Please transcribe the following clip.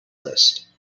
list